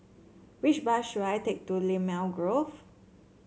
which bus should I take to Limau Grove